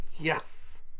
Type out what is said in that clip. Yes